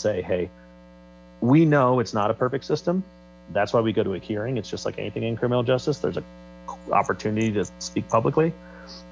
say hey we know it's not a perfect system that's why we go to a hearing it's just like anything in criminal justice there's a opportunity to speak publicly